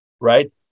right